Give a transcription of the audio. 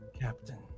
Captain